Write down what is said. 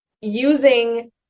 using